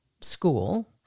school